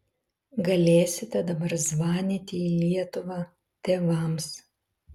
galėsite dabar zvanyti į lietuvą tėvams